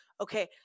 okay